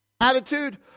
attitude